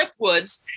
northwoods